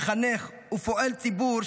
מחנך ופועל ציבור,